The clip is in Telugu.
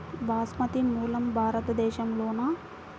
బాస్మతి మూలం భారతదేశంలోనా?